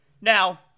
Now